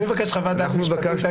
אני מבקש חוות דעת משפטית,